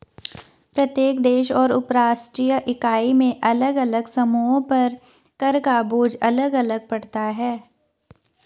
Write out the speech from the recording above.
प्रत्येक देश और उपराष्ट्रीय इकाई में अलग अलग समूहों पर कर का बोझ अलग अलग पड़ता है